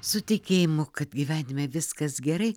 su tikėjimu kad gyvenime viskas gerai